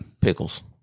Pickles